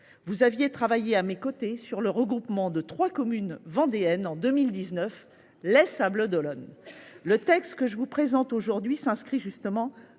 Vous aviez travaillé à mes côtés sur le regroupement en 2019 de trois communes vendéennes : Les Sables d’Olonne. Le texte que je vous présente aujourd’hui s’inscrit justement